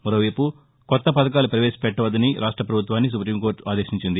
మరోవైపు కొత్త పథకాలు పవేశపెట్టవద్దని రాష్ట పభుత్వాన్ని సుపీంకోర్ట ఆదేశించింది